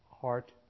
heart